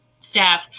staff